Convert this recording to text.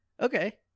Okay